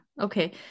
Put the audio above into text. Okay